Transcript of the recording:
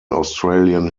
australian